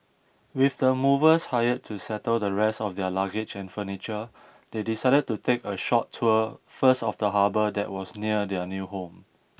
with the movers hired to settle the rest of their luggage and furniture they decided to take a short tour first of the harbour that was near their new home